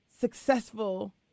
successful